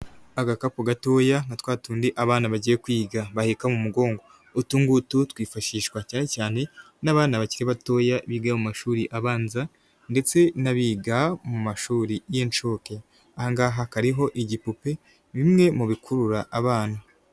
Agakapu gatoya, nka twa tundi abana bagiye kwiga baheka mu mugongo. Utungutu twifashishwa cyane cyane n'abana bakiri batoya biga mu mashuri abanza ndetse n'abiga mu mashuri y'incuke. Ahangaha karihoho igipupe bimwe mu bikurura abana.